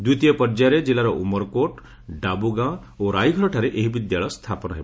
ଦ୍ୱିତୀୟ ପର୍ଯ୍ୟାୟରେ ଜିଲ୍ଲାର ଉମରକୋଟ୍ ଡାବୁ ଗାଁ ଓ ରାଇଘର ଠାରେ ଏହି ବିଦ୍ୟାଳୟ ସ୍ରାପନ ହେବ